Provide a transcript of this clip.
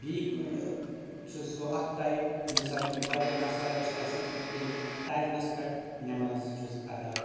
بییہِ چھُ سُہ اکھ ٹایِم ییٚمہِ ساتہٕ مےٚ واریاہ مصَرَت چھِ گژھَان ییٚلہِ بہٕ ٹایِمَس پَؠٹھ نؠماز چھُس ادا